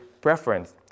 preference